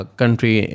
country